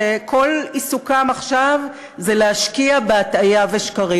שכל עיסוקם עכשיו הוא להשקיע בהטעיה ובשקרים.